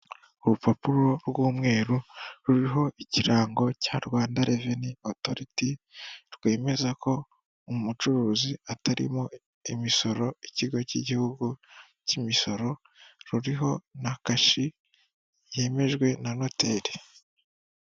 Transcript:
Urupapuro rw'umweru ruriho ikirango cya Rwanda reveni otoriti rwemeza ko umucuruzi atarimo imisoro ikigo cy'igihugu cy'imisoro, ruriho na kashi yemejwe na noteri.